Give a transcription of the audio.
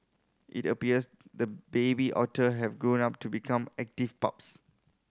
it appears the baby otters have grown up to become active pups